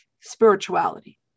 spirituality